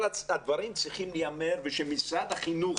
אבל הדברים צריכים להיאמר, ושמשרד החינוך